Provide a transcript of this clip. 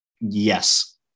Yes